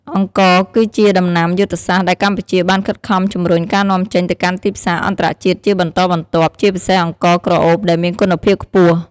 អង្ករ គឺជាដំណាំយុទ្ធសាស្ត្រដែលកម្ពុជាបានខិតខំជំរុញការនាំចេញទៅកាន់ទីផ្សារអន្តរជាតិជាបន្តបន្ទាប់ ជាពិសេសអង្ករក្រអូបដែលមានគុណភាពខ្ពស់។